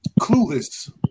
Clueless